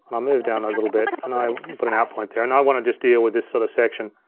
um move down a little bit, and i put an out point there. and i wanna just deal with this sort of section.